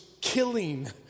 killing